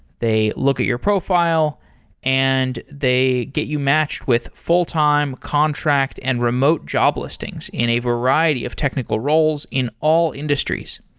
they look at your profile and they get you matched with full-time contract and remote job listings in a variety of technical roles in all industries.